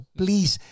please